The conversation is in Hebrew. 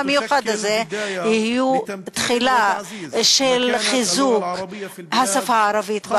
המיוחד הזה יהיו התחלה של חיזוק השפה הערבית בארץ,